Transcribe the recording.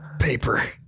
paper